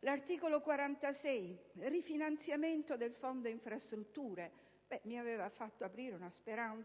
intitolato «Rifinanziamento del fondo infrastrutture» mi aveva fatto sperare,